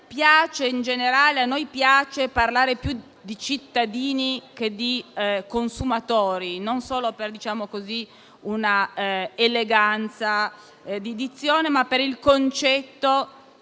generale parlare più di cittadini che di consumatori, non solo per un'eleganza di dizione, ma per il concetto che